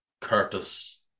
Curtis